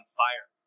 fire